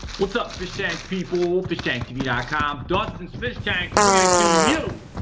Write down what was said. what's up fishtank people? fishtanktv dot com dustinfishtanks bringing it to you.